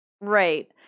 right